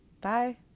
Bye